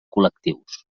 col·lectius